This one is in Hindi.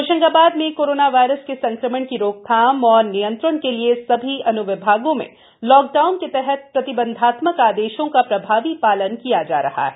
होशंगाबाद में कोरोना वायरस के संक्रमण की रोकथाम और नियंत्रण के लिए सभी अन्विभागों में लॉकडाउन के तहत प्रतिबंधात्मक आदेशों का प्रभावी पालन किया जा रहा है